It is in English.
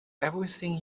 everything